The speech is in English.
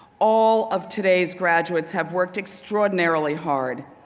all of today's graduates have worked extraordinarily hard,